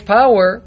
power